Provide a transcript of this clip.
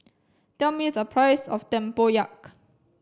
tell me the price of Tempoyak